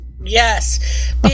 Yes